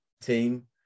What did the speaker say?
team